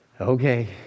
Okay